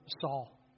Saul